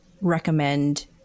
recommend